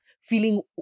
feeling